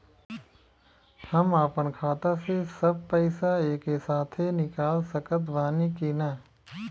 हम आपन खाता से सब पैसा एके साथे निकाल सकत बानी की ना?